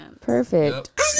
Perfect